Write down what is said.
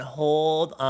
hold